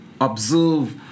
observe